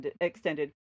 extended